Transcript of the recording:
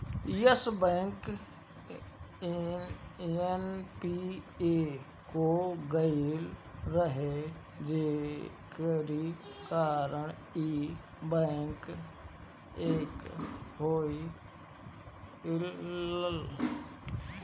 Yes Bank NPA हो गईल रहे जेकरी कारण इ बैंक करप्ट हो गईल